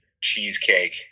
cheesecake